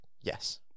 yes